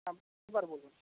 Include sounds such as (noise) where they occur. আমি (unintelligible)